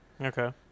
Okay